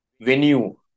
venue